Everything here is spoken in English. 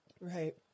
Right